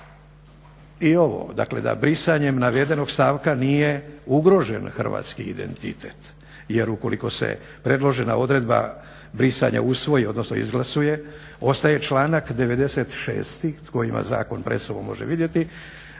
i ovo dakle da brisanjem navedenog stavka nije ugrožen hrvatski identitet jer ukoliko se predložena odredba brisanja usvoji odnosno izglasuje ostaje članak 96.tko ima zakon pred sobom može vidjeti